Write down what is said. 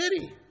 city